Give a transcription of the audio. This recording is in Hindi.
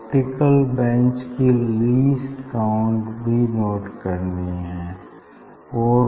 ऑप्टिकल बेंच की लीस्ट काउंट भी नोट करनी होगी